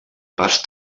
pas